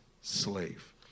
slave